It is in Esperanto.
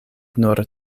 nur